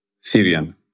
Syrian